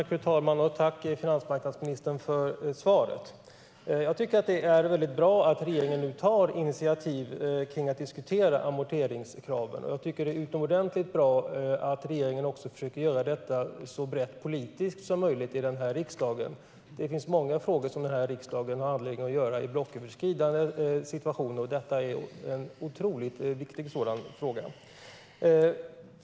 Fru talman! Tack, finansmarknadsministern, för svaret! Jag tycker att det är väldigt bra att regeringen nu tar initiativ till att diskutera amorteringskraven, och jag tycker att det är utomordentligt bra att regeringen också försöker göra detta så politiskt brett som möjligt i riksdagen. Det finns många frågor där riksdagen har anledning att agera blocköverskridande, och detta är en otroligt viktig sådan fråga.